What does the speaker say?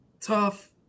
tough